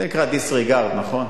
זה נקרא disregard, נכון?